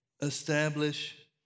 establish